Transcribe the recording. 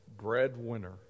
breadwinner